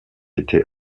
été